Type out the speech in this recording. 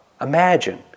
Imagine